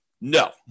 No